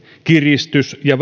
kiristys ja